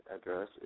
address